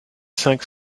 cinq